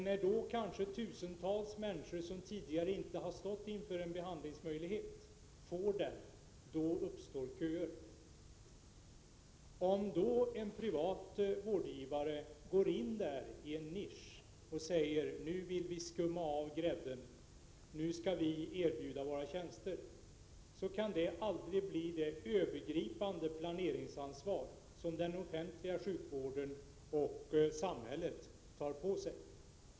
När tusentals människor, som tidigare inte har haft möjlighet att få behandling, får en sådan möjlighet, då uppstår köer. En privat vårdgivare som skapar sig en nisch och vill skumma av grädden genom att erbjuda sina tjänster kan aldrig ta det övergripande planeringsansvar som den offentliga sjukvården och samhället gör.